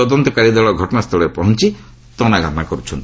ତଦନ୍ତକାରୀ ଦଳ ଘଟଣାସ୍ଥଳରେ ପହଞ୍ଚ ତନାଘନା କର୍ତ୍ଥନ୍ତି